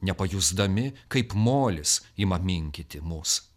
nepajusdami kaip molis ima minkyti mus